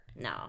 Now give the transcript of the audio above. No